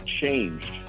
changed